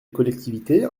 collectivités